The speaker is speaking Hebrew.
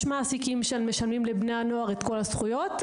יש מעסיקים שמשלמים לבני הנוער את כל הזכויות,